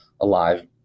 alive